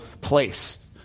place